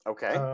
Okay